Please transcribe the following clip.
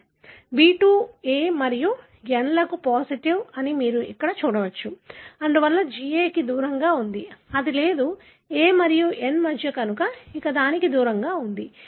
B2 A మరియు N లకు positive అని మీరు ఇక్కడ చూడవచ్చు అందువల్ల G A కి దూరంగా ఉంది అది లేదు A మరియు N మధ్య కనుక ఇది దానికి దూరంగా ఉంది